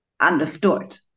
understood